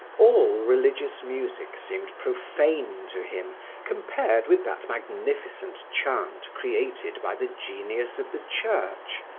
all religious music seemed profane to him compared with that magnificent chant created by the genius of the church,